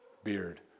Beard